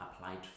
applied